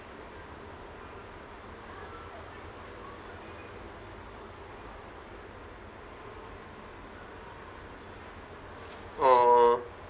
orh